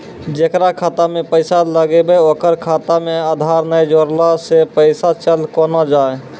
जेकरा खाता मैं पैसा लगेबे ओकर खाता मे आधार ने जोड़लऽ छै पैसा चल कोना जाए?